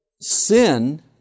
sin